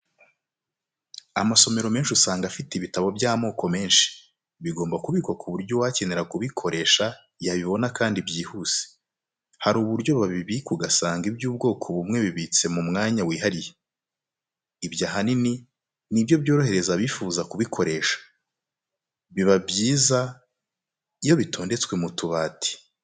Amasomero menshi usanga afite ibitabo by'amoko menshi, bigomba kubikwa ku buryo uwakenera kubikoresha yabibona kandi byihuse. Hari uburyo babibika ugasanga iby'ubwoko bumwe bibitse mu mwanya wihariye. Ibyo ahanini ni byo byorohereza abifuza kubikoresha. Biba byiza iyo bitondetswe mu tubati.